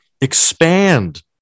Expand